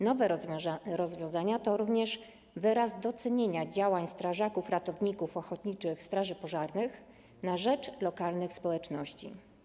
Nowe rozwiązania to również wyraz docenienia działań strażaków-ratowników ochotniczych straży pożarnych na rzecz lokalnych społeczności.